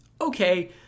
okay